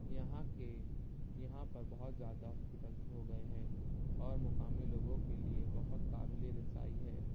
یہاں کے یہاں پر بہت زیادہ ہاسپٹلس ہو گئے ہیں اور مقامی لوگوں کے لیے بہت قابل رسائی ہے